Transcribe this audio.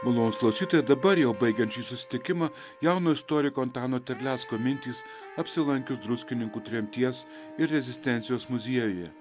malonūs klausytojai dabar jau baigiant šį susitikimą jauno istoriko antano terlecko mintys apsilankius druskininkų tremties ir rezistencijos muziejuje